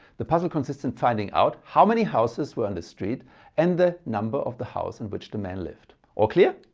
the puzzle consists in finding out how many houses were on the street and the number of the house in which the man lived. all clear?